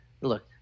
look